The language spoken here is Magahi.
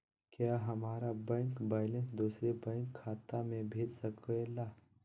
क्या हमारा बैंक बैलेंस दूसरे बैंक खाता में भेज सके ला?